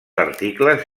articles